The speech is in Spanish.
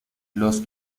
los